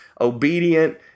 obedient